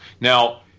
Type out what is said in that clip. Now